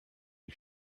die